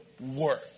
work